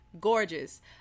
gorgeous